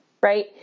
Right